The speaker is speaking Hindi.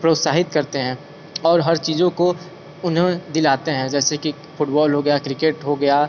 प्रोत्साहित करते हैं और हर चीज़ें को उन्हें दिलाते हैं जैसे कि फुटबॉल हो गया क्रिकेट हो गया